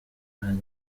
hari